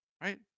right